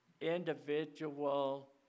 individual